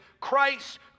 Christ